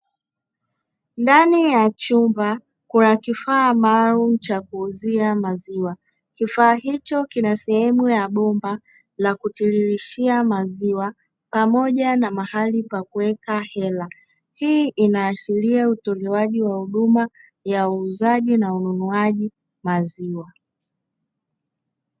Ndani ya chumba kuna kifaa maalum cha kuuzia maziwa, kifaa hicho kina sehemu ya bomba la kutiririshia maziwa pamoja na mahali pa kuweka hela. Hii inaashiria utolewaji wa huduma ya uuzaji na ununuaji maziwa.